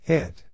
Hit